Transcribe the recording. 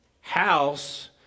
house